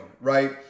right